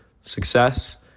Success